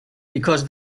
because